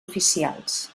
oficials